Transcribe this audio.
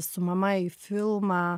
su mama į filmą